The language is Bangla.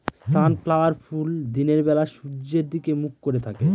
সানফ্ল্যাওয়ার ফুল দিনের বেলা সূর্যের দিকে মুখ করে থাকে